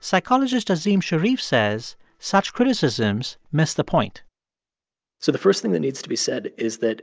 psychologist azim shariff says such criticisms miss the point so the first thing that needs to be said is that